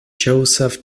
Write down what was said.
joseph